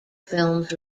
films